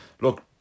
Look